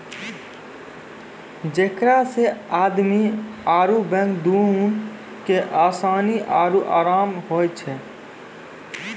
जेकरा से आदमी आरु बैंक दुनू के असानी आरु अराम होय छै